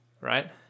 Right